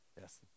Yes